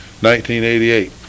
1988